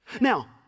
Now